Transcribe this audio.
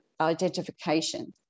identification